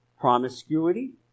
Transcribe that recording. promiscuity